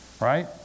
right